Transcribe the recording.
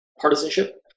partisanship